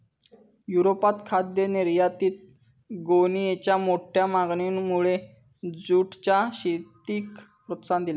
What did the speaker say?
युरोपात खाद्य निर्यातीत गोणीयेंच्या मोठ्या मागणीमुळे जूटच्या शेतीक प्रोत्साहन दिला